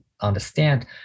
understand